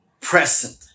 present